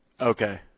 Okay